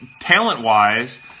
talent-wise